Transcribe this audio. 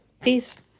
peace